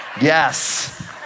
Yes